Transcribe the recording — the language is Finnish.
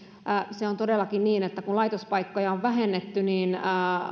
se on todellakin niin että kun laitospaikkoja on vähennetty niin